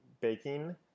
baking